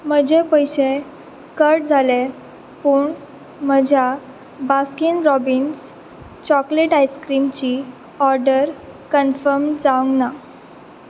म्हजे पयशे कट जाले पूण म्हज्या बास्कीन रॉबिन्स चॉकलेट आयस्क्रीमची ऑर्डर कन्फर्म जावंक ना